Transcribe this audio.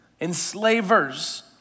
enslavers